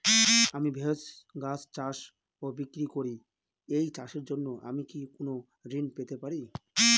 আমি ভেষজ গাছ চাষ ও বিক্রয় করি এই চাষের জন্য আমি কি কোন ঋণ পেতে পারি?